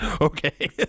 Okay